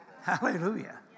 Hallelujah